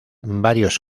varios